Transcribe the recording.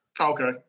Okay